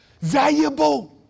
valuable